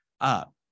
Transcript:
up